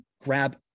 grab